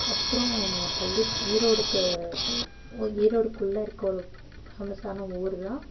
அப்புறம் பள்ளி ஈரோடுக்கு ப ஈரோடுக்குள்ளே இருக்க ஒரு ஃபேமஸ்ஸான ஊர் தான்